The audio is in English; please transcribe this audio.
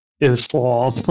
islam